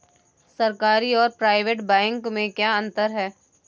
सरकारी और private bank में क्या अंतर है?